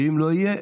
ואם לא יהיה,